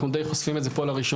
אני די חושפים את זה פה לראשונה,